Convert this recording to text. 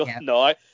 No